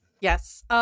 Yes